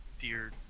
dear